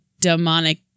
demonic